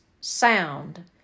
sound